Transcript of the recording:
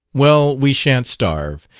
well, we sha'n't starve.